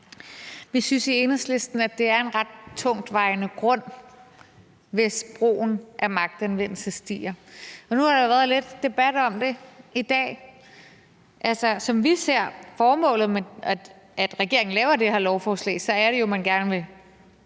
Vi synes i Enhedslisten, at det er en ret tungtvejende grund, hvis brugen af magtanvendelse stiger. Nu har der været lidt debat om det i dag, og som vi ser formålet med, at regeringen laver det her lovforslag, er det jo, at man gerne vil